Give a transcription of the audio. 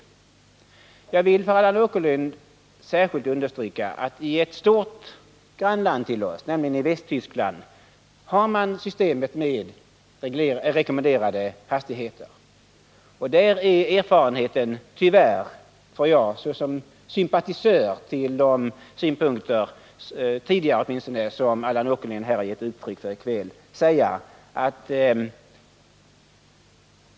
Jag vill för Allan Åkerlind särskilt understryka att i ett stort grannland till oss, nämligen Västtyskland, har man systemet med rekommenderade hastigheter. Där är erfarenheterna tyvärr, det får jag säga såsom tidigare sympatisör till de synpunkter som Allan Åkerlind har gett uttryck för här i kväll, inte goda.